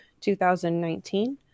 2019